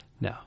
no